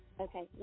Okay